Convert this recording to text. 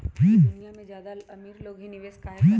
ई दुनिया में ज्यादा अमीर लोग ही निवेस काहे करई?